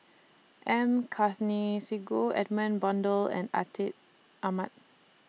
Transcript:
M Karthigesu Edmund Blundell and Atin Amat